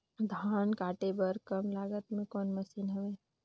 धान काटे बर कम लागत मे कौन मशीन हवय?